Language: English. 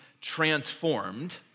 transformed